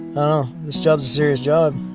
um this jobs a serious job,